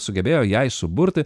sugebėjo jai suburti